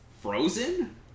Frozen